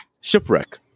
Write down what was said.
shipwreck